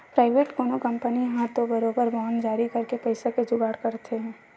private कोनो company ह तो बरोबर बांड जारी करके पइसा के जुगाड़ करथे ही